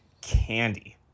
candy